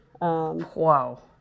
Wow